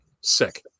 Sick